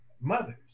mothers